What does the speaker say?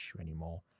anymore